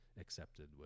accepted